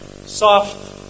Soft